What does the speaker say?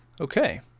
okay